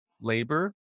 labor